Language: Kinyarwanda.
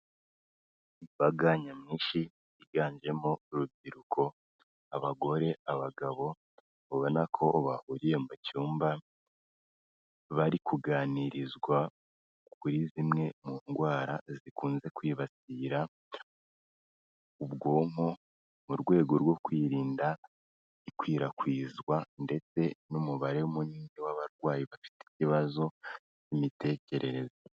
Imbaga nyamwinshi yiganjemo urubyiruko, abagore, abagabo, ubona ko bahuriye mu cyumba, bari kuganirizwa kuri zimwe mu ndwara zikunze kwibasira ubwonko mu rwego rwo kwirinda ikwirakwizwa ndetse n'umubare munini w'abarwayi bafite ibibazo by'imitekerereze.